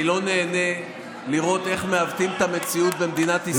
אני לא נהנה לראות איך מעוותים את המציאות במדינת ישראל,